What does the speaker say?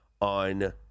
on